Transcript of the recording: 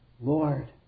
Lord